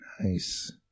Nice